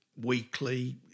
weekly